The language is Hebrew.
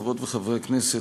חברות וחברי הכנסת,